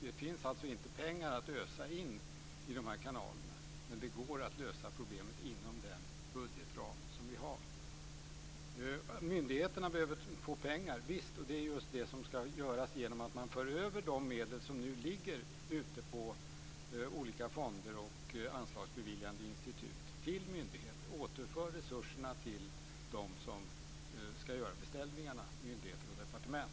Det finns alltså inte pengar att ösa in i de här kanalerna, men det går att lösa problemet inom den budgetram som vi har. Myndigheterna behöver få pengar, ja visst. Och det är just det som skall göras genom att man för över de medel som nu ligger ute på olika fonder och anslagsbeviljande institut till myndigheter och därigenom återför resurserna till dem som skall göra beställningarna, dvs. myndigheter och departement.